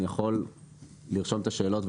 אני יכול לרשום את השאלות.